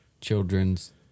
children's